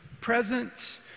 presence